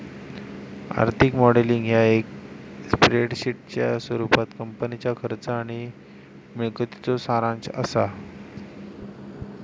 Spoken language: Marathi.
आर्थिक मॉडेलिंग ह्या एक स्प्रेडशीटच्या स्वरूपात कंपनीच्या खर्च आणि मिळकतीचो सारांश असा